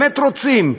באמת רוצים,